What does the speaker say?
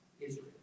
Israel